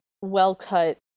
well-cut